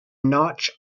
notch